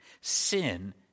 Sin